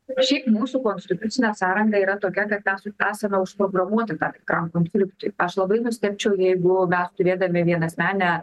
šiaip mūsų konstitucinė sąranga yra tokia kad mes esame užprogramuoti tam tikram konfliktui aš labai nustebčiau jeigu mes turėdami vienasmenę